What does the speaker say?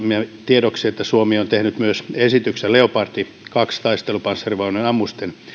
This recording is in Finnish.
tiedoksi että suomi on tehnyt myös esityksen leopard kaksi taistelupanssarivaunujen ammusten